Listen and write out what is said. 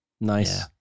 Nice